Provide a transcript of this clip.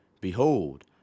Behold